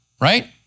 right